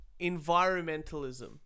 environmentalism